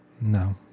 No